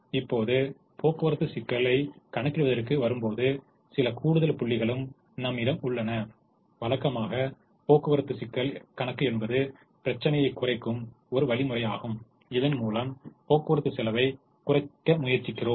இப்போது போக்குவரத்து சிக்கல் கணக்கிற்கு வரும்போது சில கூடுதல் புள்ளிகளும் நம்மிடம் உள்ளன வழக்கமாக போக்குவரத்து சிக்கல் கணக்கு என்பது பிரச்சனையை குறைக்கும் ஒரு வழிமுறையாகும் இதன்முலம் போக்குவரத்து செலவைக் குறைக்க முயற்சிக்கிறோம்